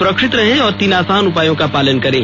सुरक्षित रहें और तीन आसान उपायों का पालन करें